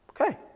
Okay